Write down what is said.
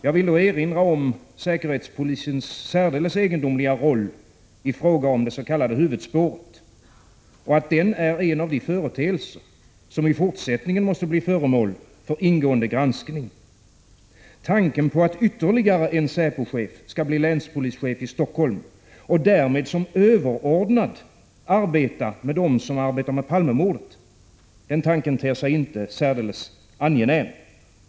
Jag vill då erinra om säkerhetspolisens särdeles egendomliga roll i fråga om det s.k. huvudspåret, och att den rollen är en av de företeelser som i fortsättningen måste bli föremål för ingående granskning. Tanken på att ytterligare en SÄPO-chef skall bli länspolischef i Stockholm och därmed som överordnad arbeta med dem som arbetar med Palmemordet ter sig inte särdeles angenäm.